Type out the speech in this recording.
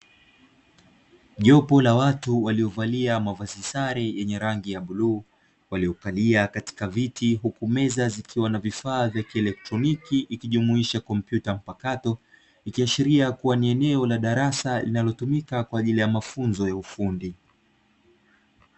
Jopo la watu waliovalia mavazi sare yenye rangi ya bluu waliokalia katika viti huku meza, zikiwa na vifaa vya kieletroniki ikijumuisha kompyuta mpakato, ikiashiria kuwa ni eneo la darasa linalotumika kwa ajili ya mafunzo ya ufundi.